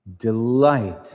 delight